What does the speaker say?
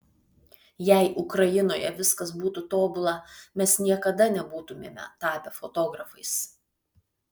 jei ukrainoje viskas būtų tobula mes niekada nebūtumėme tapę fotografais